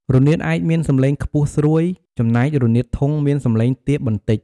រនាតឯកមានសំឡេងខ្ពស់ស្រួយ ចំណែករនាតធុងមានសំឡេងទាបបន្តិច។